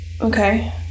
okay